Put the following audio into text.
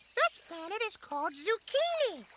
this planet is called zucchini.